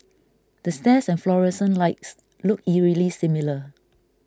the stairs and fluorescent lights look eerily similar